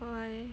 why